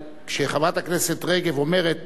אבל כשחברת הכנסת רגב אומרת,